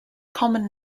common